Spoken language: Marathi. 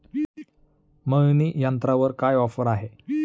मळणी यंत्रावर काय ऑफर आहे?